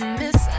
miss